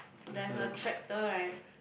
there's a tractor right